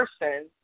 person